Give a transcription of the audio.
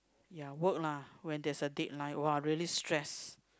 ya work lah when that's a deadline !wah! really stress